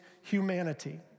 humanity